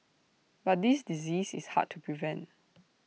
but this disease is hard to prevent